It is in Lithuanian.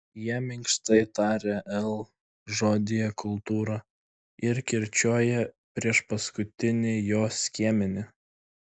jie minkštai taria l žodyje kultūra ir kirčiuoja priešpaskutinį jo skiemenį